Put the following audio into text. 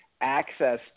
access